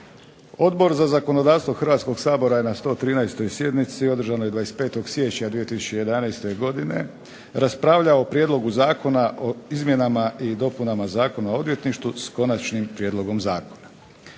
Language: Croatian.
Odbor za zakonodavstvo Hrvatskoga sabora je na 113. sjednici održanoj 25. siječnja 2011. godine raspravljao o Prijedlogu zakona o izmjenama i dopunama Zakona o odvjetništvu, s konačnim prijedlogom zakona.